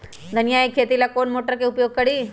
धनिया के खेती ला कौन मोटर उपयोग करी?